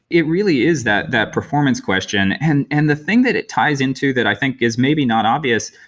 it really is that that performance question, and and the thing that it ties into that i think is maybe not obvious,